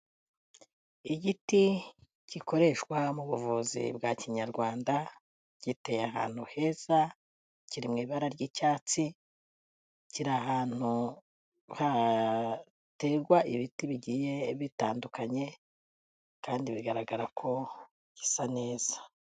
Igiti gikoreshwa mu buvuzi bwa kinyarwanda, giteye ahantu heza, kiri mu ibara ry'icyatsi, kiri ahantu haterwa ibiti bigiye bitandukanye, kandi bigaragara ko gisa neza.